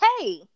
Hey